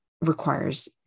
requires